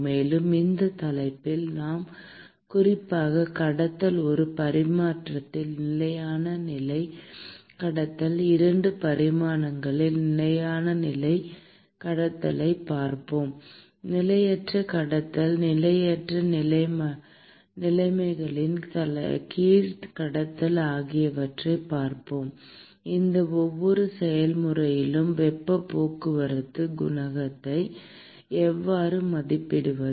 மேலும் இந்த தலைப்பில் நாம் குறிப்பாக கடத்தல் ஒரு பரிமாணத்தில் நிலையான நிலை கடத்தல் 2 பரிமாணங்களில் நிலையான நிலை கடத்துதலைப் பார்ப்போம் நிலையற்ற கடத்தல் நிலையற்ற நிலைமைகளின் கீழ் கடத்தல் ஆகியவற்றைப் பார்ப்போம் இந்த ஒவ்வொரு செயல்முறையிலும் வெப்பப் போக்குவரத்து குணகத்தை எவ்வாறு மதிப்பிடுவது